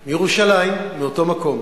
מירושלים, מאותו מקום.